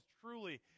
Truly